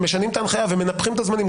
משנים את ההנחיה ומנפחים את הזמנים,